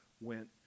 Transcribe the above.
went